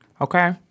Okay